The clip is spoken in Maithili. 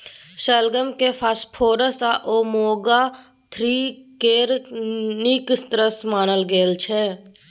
शलगम केँ फास्फोरस आ ओमेगा थ्री केर नीक स्रोत मानल गेल छै